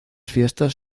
fiestas